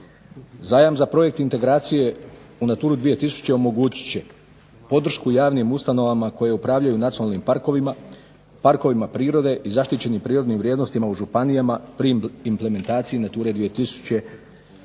Zajam za Projekt integracije u Naturu 2000 omogućit će podršku javnim ustanovama koje upravljaju nacionalnim parkovima, parkovima prirode i zaštićenim prirodnim vrijednostima u županijama pri implementaciji Nature 2000